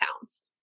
pounds